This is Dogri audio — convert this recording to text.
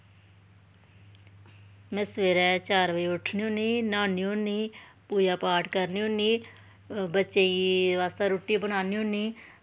में सवेरै चार बजे उट्ठनी होन्नी न्हानी होन्नी पूजा पाठ करनी होन्नी बच्चे वास्तै रुट्टी बनानी होन्नी